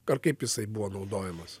ar kaip jisai buvo naudojamas